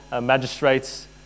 magistrates